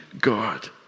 God